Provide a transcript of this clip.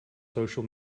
social